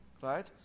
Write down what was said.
right